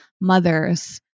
mothers